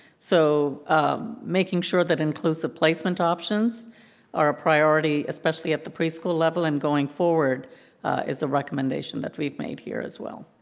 so making sure that inclusive placement options are a priority especially at the preschool level and going forward is the recommendation that we've made here as well.